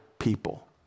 people